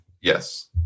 Yes